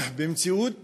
במציאות